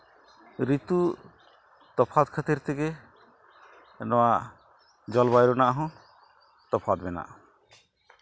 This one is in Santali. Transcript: ᱨᱤᱛᱩ ᱛᱚᱯᱷᱟᱛ ᱠᱷᱟᱹᱛᱤᱨ ᱛᱮᱜᱮ ᱱᱚᱣᱟ ᱡᱚᱞᱵᱟᱭᱩ ᱨᱮᱱᱟᱜ ᱦᱚᱸ ᱛᱚᱯᱷᱟᱛ ᱢᱮᱱᱟᱜᱼᱟ